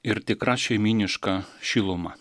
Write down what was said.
ir tikra šeimyniška šiluma